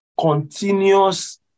continuous